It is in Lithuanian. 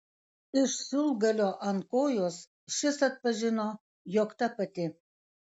iš siūlgalio ant kojos šis atpažino jog ta pati